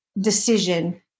decision